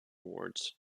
awards